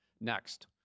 Next